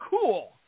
cool